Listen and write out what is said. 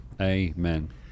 Amen